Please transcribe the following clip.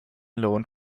lohn